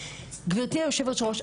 גברתי יושבת הראש,